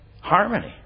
harmony